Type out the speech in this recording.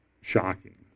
shocking